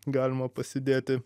galima pasidėti